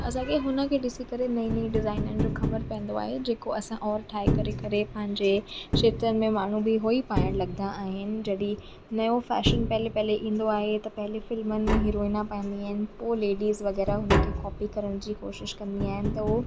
असांखे हुन खे ॾिसी करे नईं नईं डिज़ाइननि जो ख़बरु पवंदो आहे जेको असां और ठाहे करे करे पंहिंजे खेत्रनि में माण्हू बि उहो ई पाइण लॻंदा आहिनि जॾहिं नयों फैशन पहिले पहिले ईंदो आहे त पहिले फिल्मनि में हीरोइना पाईंदी आहिनि पोइ लेडिस वग़ैरह हुन खे कॉपी करण जी कोशिशि कंदी आहिनि त उहो